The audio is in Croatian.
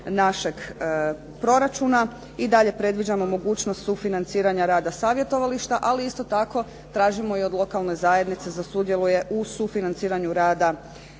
našeg proračuna i dalje predviđamo mogućnost sufinanciranja rada savjetovališta, ali isto tako tražimo i od lokalne zajednice da sudjeluje u sufinanciranju rada